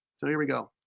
so here we go.